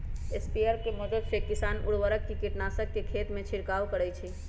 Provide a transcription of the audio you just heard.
sprayer के मदद से किसान उर्वरक, कीटनाशक के खेतमें छिड़काव करई छई